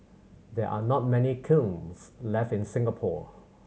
there are not many kilns left in Singapore